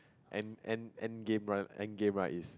end end end game right end game right is